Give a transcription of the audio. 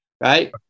right